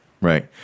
right